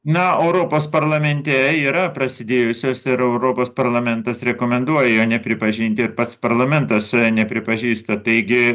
na europos parlamente yra prasidėjusios ir europos parlamentas rekomenduoja jo nepripažinti ir pats parlamentas nepripažįsta taigi